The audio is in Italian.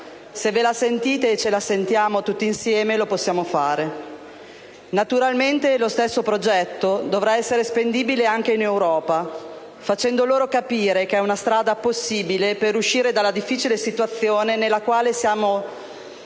Se ve la sentite e ce la sentiamo tutti insieme, lo possiamo fare. Naturalmente lo stesso progetto dovrà essere spendibile anche in Europa, facendo loro capire che è una strada possibile per uscire dalla difficile situazione nella quale siamo, senza